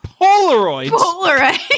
polaroids